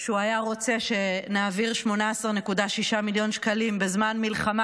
שהוא היה רוצה שנעביר 18.6 מיליון שקלים בזמן מלחמה,